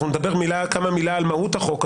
אנחנו נדבר מילה כמה מילה על מהות החוק,